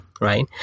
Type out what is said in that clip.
right